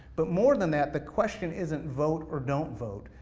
but more than that, the question isn't vote or don't vote,